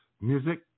music